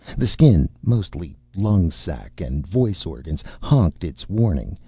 the skin, mostly lung-sac and voice organs, honked its warning.